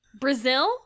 Brazil